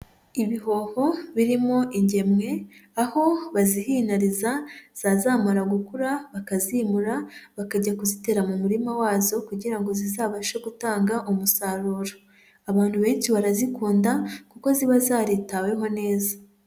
Ibihoho birimo ingemwe, aho bazihinariza zazamara gukura bakazimura, bakajya kuzitera mu murima wazo kugira ngo zizabashe gutanga umusaruro. Abantu benshi barazikunda kuko ziba zaritaweho neza.